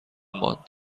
ماند